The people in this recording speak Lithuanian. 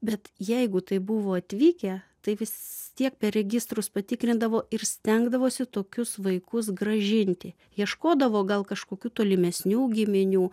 bet jeigu tai buvo atvykę tai visi tiek per registrus patikrindavo ir stengdavosi tokius vaikus grąžinti ieškodavo gal kažkokių tolimesnių giminių